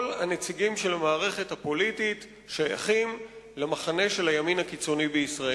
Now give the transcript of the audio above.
כל הנציגים של המערכת הפוליטית שייכים למחנה של הימין הקיצוני בישראל.